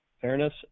fairness